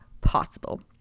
possible